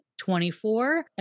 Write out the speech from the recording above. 24